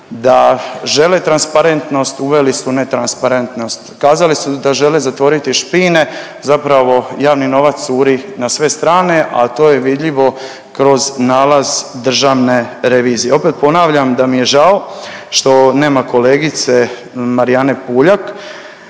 da žele transparentnost, uveli su netransparentnost. Kazali su da žele zatvoriti šine, zapravo javni novac curi na sve strane, a to je vidljivo kroz nalaz državne revizije. Opet ponavljam da mi je žao što nema kolegice Marijane PUljak,